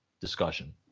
discussion